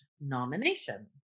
nomination